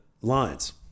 lines